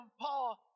Paul